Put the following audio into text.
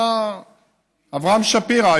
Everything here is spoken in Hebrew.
אברהם שפירא,